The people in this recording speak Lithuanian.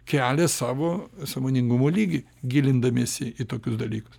kelia savo sąmoningumo lygį gilindamiesi į tokius dalykus